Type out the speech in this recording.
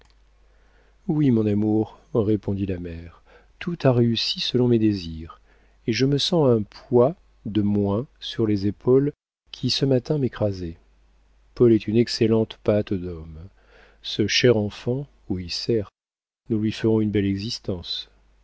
oui mon amour répondit la mère tout a réussi selon mes désirs et je me sens un poids de moins sur les épaules qui ce matin m'écrasait paul est une excellente pâte d'homme ce cher enfant oui certes nous lui ferons une belle existence